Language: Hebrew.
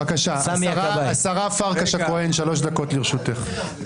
בבקשה, השרה פרקש הכהן, שלוש דקות לרשותך.